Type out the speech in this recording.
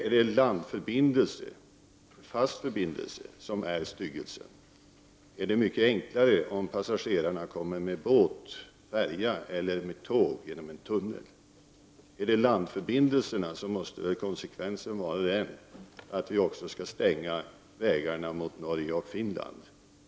Är det landförbindelsen, alltså en fast förbindelse, som är styggelsen i sammanhanget? Är det mycket enklare om passagerarna kommer med båt, alltså med färjan, eller med tåg genom en tunnel? Är det landförbindelserna som är haken, så måste konsekvensen vara att vi skall stänga också vägarna mot Norge och Finland.